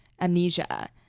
amnesia